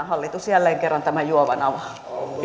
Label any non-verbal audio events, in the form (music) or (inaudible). (unintelligible) hallitus jälleen kerran tämän juovan avaa